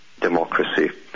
democracy